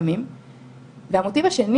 לפעמים והמוטיב השני,